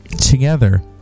together